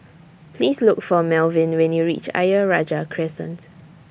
Please Look For Melvyn when YOU REACH Ayer Rajah Crescent